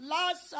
Last